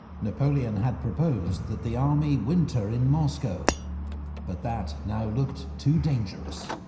napoleon had proposed that the army winter in moscow but that now looked too dangerous.